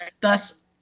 Thus